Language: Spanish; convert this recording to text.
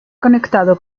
conectado